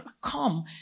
come